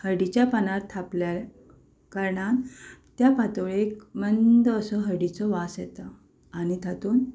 हळदीच्या पानार थापल्या कारणान त्या पातोळेक मंद असो हळदीचो वास येता आनी तातूंत